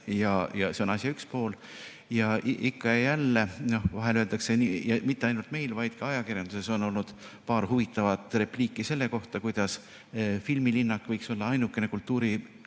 See on asja üks pool. Ja ikka ja jälle vahel öeldakse ja mitte ainult meil siin, vaid ka ajakirjanduses on olnud paar huvitavat repliiki selle kohta, et filmilinnak võiks olla ainukene kultuuriobjekt,